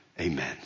amen